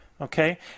okay